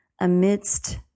amidst